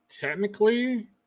technically